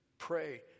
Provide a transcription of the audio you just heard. Pray